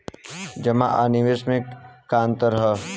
जमा आ निवेश में का अंतर ह?